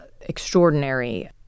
extraordinary